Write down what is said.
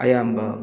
ꯑꯌꯥꯝꯕ